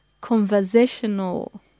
conversational